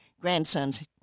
grandson's